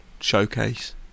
showcase